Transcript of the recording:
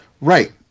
Right